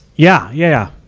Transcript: yeah, yeah.